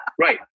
Right